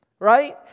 Right